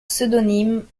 pseudonyme